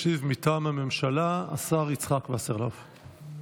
ישיב מטעם הממשלה השר יצחק וסרלאוף.